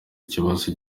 ikibazo